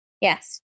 Yes